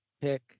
pick